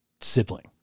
sibling